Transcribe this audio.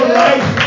life